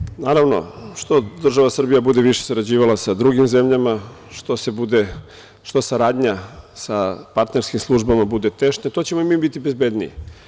Poštovani, naravno, što država Srbija bude više sarađivala sa drugim zemljama, što saradnja sa partnerskim službama bude teška, to ćemo i mi biti bezbedniji.